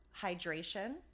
hydration